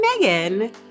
Megan